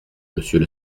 monsieur